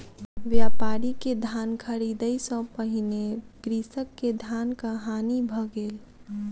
व्यापारी के धान ख़रीदै सॅ पहिने कृषक के धानक हानि भ गेल